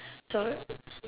so